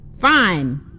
fine